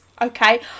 Okay